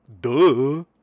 Duh